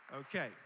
Okay